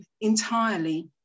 entirely